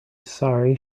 sorry